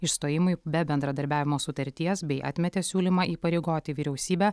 išstojimui be bendradarbiavimo sutarties bei atmetė siūlymą įpareigoti vyriausybę